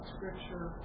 Scripture